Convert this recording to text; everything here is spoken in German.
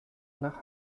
nach